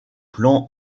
plan